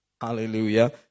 hallelujah